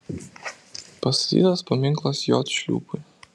pastatytas paminklas j šliūpui